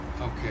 Okay